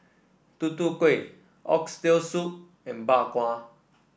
Tutu Kueh Oxtail Soup and Bak Kwa